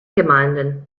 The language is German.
gemeinden